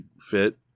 fit